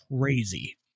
crazy